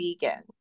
vegan